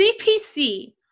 CPC